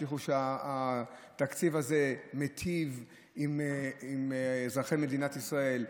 הבטיחו שהתקציב הזה מיטיב עם אזרחי מדינת ישראל,